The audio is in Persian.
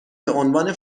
بعنوان